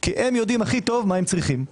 כי הם יודעים הכי טוב מה הם צריכים.